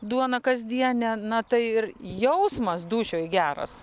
duoną kasdienę na tai ir jausmas dūšioj geras